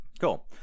Cool